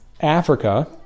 Africa